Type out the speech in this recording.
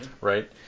right